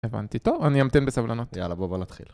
הבנתי, טוב, אני אמתן בסבלנות. יאללה, בוא, בוא נתחיל